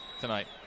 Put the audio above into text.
tonight